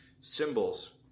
Symbols